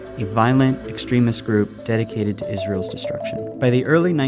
a violent extremist group dedicated to israel's destruction. by the early